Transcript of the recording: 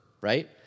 right